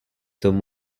them